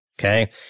okay